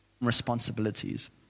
responsibilities